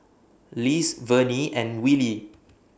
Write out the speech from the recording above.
Lise Vernie and Wylie